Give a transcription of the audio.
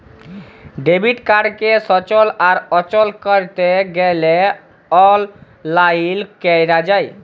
debit কাড়কে সচল আর অচল ক্যরতে গ্যালে অললাইল ক্যরা যায়